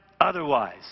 Otherwise